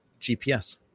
GPS